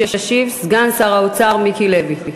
ישיב סגן שר האוצר מיקי לוי.